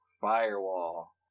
Firewall